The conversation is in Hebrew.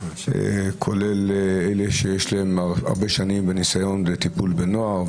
כולל אלה שיש להם הרבה שנים ניסיון בטיפול בנוער,